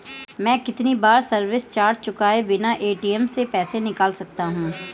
मैं कितनी बार सर्विस चार्ज चुकाए बिना ए.टी.एम से पैसे निकाल सकता हूं?